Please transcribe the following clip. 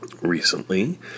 recently